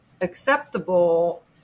acceptable